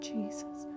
Jesus